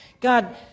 God